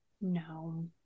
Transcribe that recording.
No